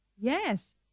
Yes